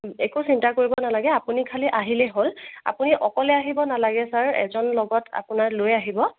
একো চিন্তা কৰিব নালাগে আপুনি খালী আহিলেই হ'ল আপুনি অকলেই আহিব নালাগে ছাৰ এজন লগত আপোনাৰ লৈ আহিব